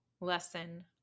lesson